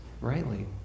rightly